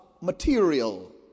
material